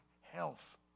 health